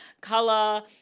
color